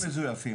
גם הם מזויפים.